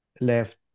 left